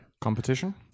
competition